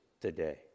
today